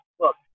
Look